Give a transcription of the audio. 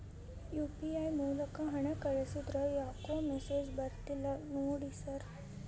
UPI ಮೂಲಕ ಹಣ ಕಳಿಸಿದ್ರ ಯಾಕೋ ಮೆಸೇಜ್ ಬರ್ತಿಲ್ಲ ನೋಡಿ ಸರ್?